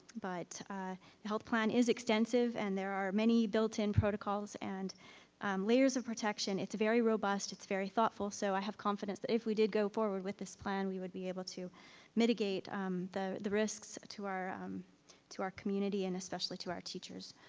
but the health plan is extensive and there are many built in protocols and layers of protection. it's very robust. it's very thoughtful. so i have confidence that if we did go forward with this plan, we would be able to mitigate um the the risks to our to our community and especially to our teachers.